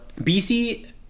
BC